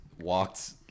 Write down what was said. walked